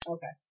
Okay